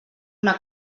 una